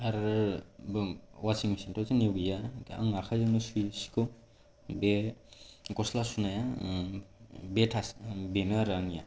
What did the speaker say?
आरो वाशिं मेशिनथ' जोंनियाव गैया आं आखायजोंनो सुयो सिखौ बे गसला सुनाया बेनो आरो आंनिया